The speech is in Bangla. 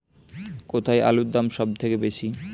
কোথায় আলুর দাম সবথেকে বেশি?